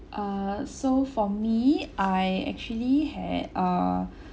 err so for me I actually had uh